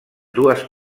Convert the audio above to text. dues